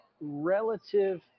relative